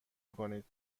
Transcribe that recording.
کنید